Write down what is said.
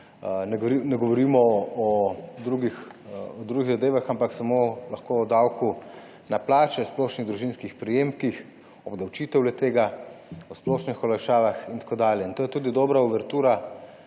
ne govorimo o drugih zadevah, ampak samo o davku na plače, splošnih družinskih prejemkih, obdavčitev le-tega, o splošnih olajšavah in tako dalje. To je tudi dobra uvertura